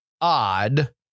odd